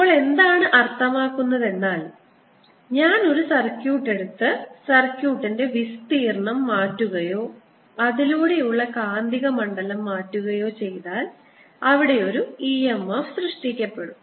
ഇപ്പോൾ എന്താണ് അർത്ഥമാക്കുന്നത് ഞാൻ ഒരു സർക്യൂട്ട് എടുത്ത് സർക്യൂട്ടിന്റെ വിസ്തീർണ്ണം മാറ്റുകയോ അതിലൂടെയുള്ള കാന്തികമണ്ഡലം മാറ്റുകയോ ചെയ്താൽ അവിടെ ഒരു e m f സൃഷ്ടിക്കപ്പെടും